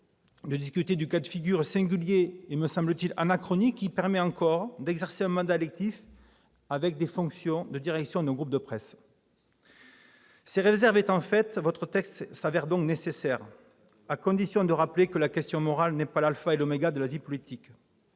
de discuter du cas de figure singulier et anachronique qui permet encore d'exercer un mandat électif et des fonctions de direction d'un groupe de presse. Ces réserves étant faites, ces textes se révèlent nécessaires, à condition de rappeler que la question morale n'est pas l'alpha et l'oméga de la vie politique,